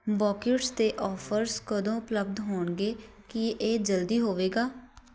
bouquets 'ਤੇ offers ਕਦੋਂ ਉਪਲੱਬਧ ਹੋਣਗੇ ਕੀ ਇਹ ਜਲਦੀ ਹੋਵੇਗਾ